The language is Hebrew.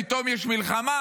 פתאום יש מלחמה,